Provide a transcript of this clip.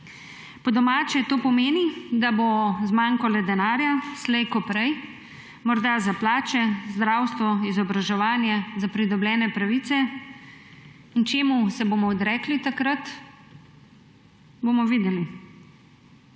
Po domače to pomeni, da bo zmanjkalo denarja slej ko prej, morda za plače, zdravstvo, izobraževanje, za pridobljene pravice. Čemu se bomo odrekli takrat? Bomo videli.